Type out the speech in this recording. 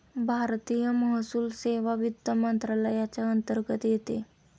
भारतीय महसूल सेवा वित्त मंत्रालयाच्या अंतर्गत येते